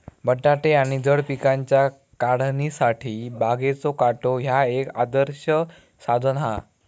बटाटे आणि जड पिकांच्या काढणीसाठी बागेचो काटो ह्या एक आदर्श साधन हा